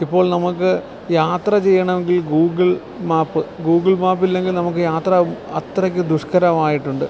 ഇപ്പോൾ നമുക്ക് യാത്ര ചെയ്യണമെങ്കിൽ ഗൂഗിൾ മാപ്പ് ഗൂഗിൾ മാപ്പില്ലെങ്കിൽ നമുക്ക് യാത്ര അത്രയ്ക്കും ദുഷ്കരമായിട്ടുണ്ട്